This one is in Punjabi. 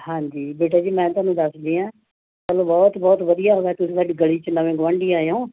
ਹਾਂਜੀ ਬੇਟਾ ਜੀ ਮੈਂ ਤੁਹਾਨੂੰ ਦੱਸਦੀ ਹਾਂ ਚੱਲੋ ਬਹੁਤ ਬਹੁਤ ਵਧੀਆ ਹੋ ਗਿਆ ਤੁਸੀਂ ਸਾਡੀ ਗਲੀ 'ਚ ਨਵੇਂ ਗੁਆਂਢੀ ਆਏ ਹੋ